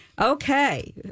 Okay